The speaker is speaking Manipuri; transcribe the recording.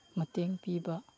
ꯃꯇꯦꯡ ꯄꯤꯕ